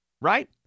right